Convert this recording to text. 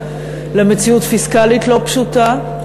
למציאות פיסקלית לא פשוטה.